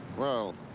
well.